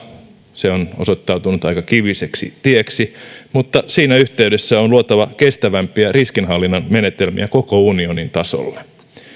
se on osoittautunut aika kiviseksi tieksi mutta siinä yhteydessä on luotava kestävämpiä riskinhallinnan menetelmiä koko unionin tasolle